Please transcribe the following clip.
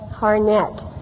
Harnett